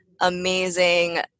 amazing